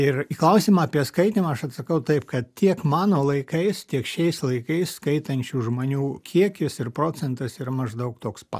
ir į klausimą apie skaitymą aš atsakau taip kad tiek mano laikais tiek šiais laikais skaitančių žmonių kiekis ir procentas yra maždaug toks pat